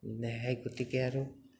সেই গতিকে আৰু